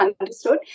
understood